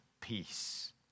peace